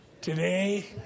today